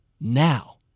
now